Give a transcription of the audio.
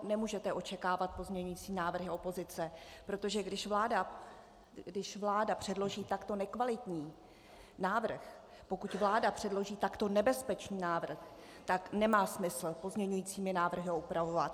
Nemůžete očekávat pozměňovací návrhy opozice, protože když vláda předloží takto nekvalitní návrh, pokud vláda předloží takto nebezpečný návrh, tak nemá smysl ho pozměňovacími návrhy upravovat.